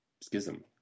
schism